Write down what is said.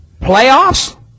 Playoffs